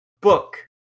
book